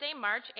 March